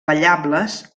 ballables